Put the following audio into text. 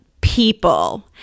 people